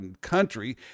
country